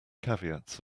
caveats